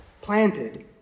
planted